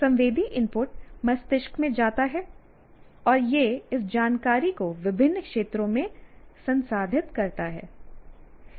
संवेदी इनपुट मस्तिष्क में जाता है और यह इस जानकारी को विभिन्न क्षेत्रों में संसाधित करता है